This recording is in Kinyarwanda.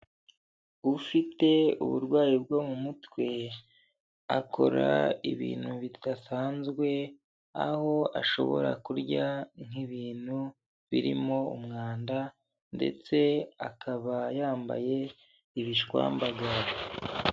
Ufite uburwayi bwo mu mutwe akora ibintu bidasanzwe aho ashobora kurya nk'ibintu birimo umwanda ndetse akaba yambaye ibishwambagara.